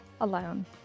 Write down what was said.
alone